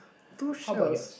two shells